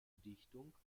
dichtung